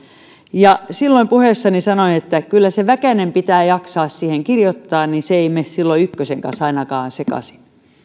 ja silloin puheessani sanoin että kyllä se väkänen pitää jaksaa siihen kirjoittaa niin se ei mene silloin ainakaan ykkösen kanssa sekaisin